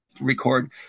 record